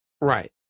Right